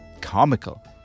comical